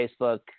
Facebook